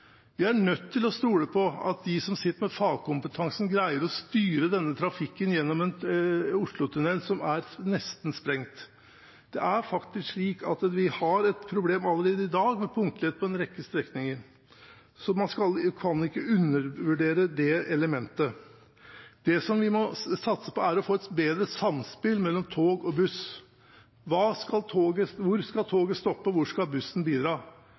Vi er nødt til å stole på at de som sitter med fagkompetansen, greier å styre denne trafikken gjennom en oslotunnel som er nesten sprengt. Vi har et problem allerede i dag med punktlighet på en rekke strekninger. Man kan ikke undervurdere det elementet. Det vi må satse på, er å få et bedre samspill mellom tog og buss – hvor skal toget stoppe, og hvor skal bussen bidra?